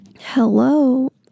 hello